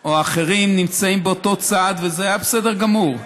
או אחרים, נמצאים באותו צד, וזה היה בסדר גמור.